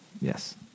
Yes